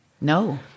No